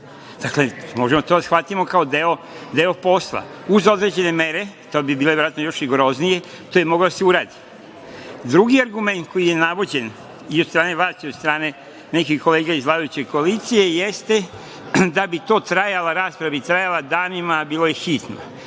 Dakle, možemo to da shvatimo kao deo posla, uz određene mere, samo bi bile još rigoroznije, to je moglo da se uradi. Drugi argument koji je navođen i od strane vlasti i od strane nekih kolega iz vladajuće koalicije, jeste da bi to trajala rasprava danima i danima, bilo je hitno.